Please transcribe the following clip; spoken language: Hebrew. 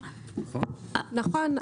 נכון.